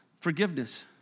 forgiveness